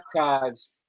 archives